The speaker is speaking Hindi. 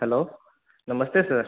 हैलो नमस्ते सर